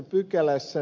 ssä